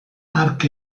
hark